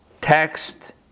text